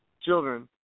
children